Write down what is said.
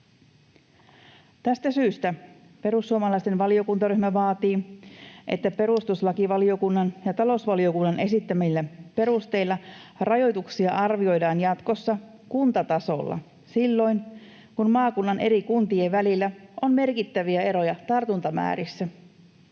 Tästä syystä perussuomalaisten valiokuntaryhmä vaatii, että perustuslakivaliokunnan ja talousvaliokunnan esittämillä perusteilla rajoituksia arvioidaan jatkossa kuntatasolla silloin, kun maakunnan eri kuntien välillä on merkittäviä eroja tartuntamäärissä.